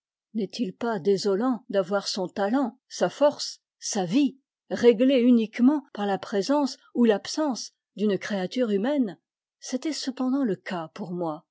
n'est-il pas désolant d'avoir son talent sa force sa vie réglés uniquement par la présence ou l'absence d'une créature humaine c'était cependant le cas pour moi